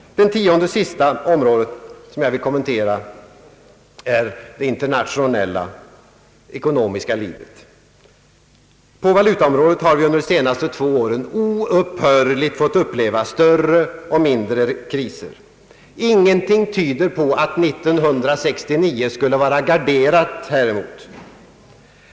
Det tionde och sista område jag vill kommentera gäller det internationella ekonomiska livet. På valutaområdet har vi under de senaste två åren oupphör ligt fått uppleva större och mindre kriser. Ingenting tyder på att 1969 skulle vara garderat häremot.